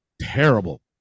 terrible